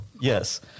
Yes